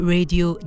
Radio